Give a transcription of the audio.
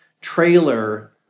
trailer